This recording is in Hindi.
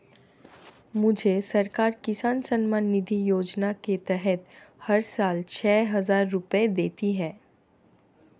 मुझे सरकार किसान सम्मान निधि योजना के तहत हर साल छह हज़ार रुपए देती है